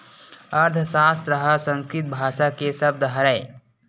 अर्थसास्त्र ह संस्कृत भासा के सब्द हरय